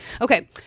Okay